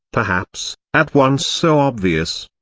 perhaps, at once so obvious.